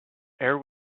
air